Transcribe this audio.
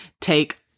take